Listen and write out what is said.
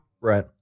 Right